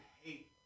hate